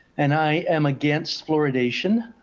and i am against fluoridation.